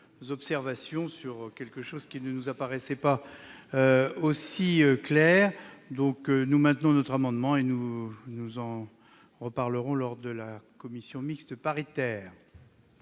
observations sur une subtilité qui ne nous paraissait pas aussi claire. Pour autant, nous maintenons cet amendement. Nous en reparlerons lors de la commission mixte paritaire.